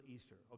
Easter